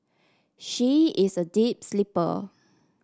she is a deep sleeper